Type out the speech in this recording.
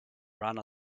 run